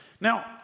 Now